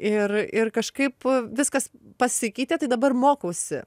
ir ir kažkaip viskas pasikeitė tai dabar mokausi